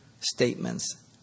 statements